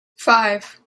five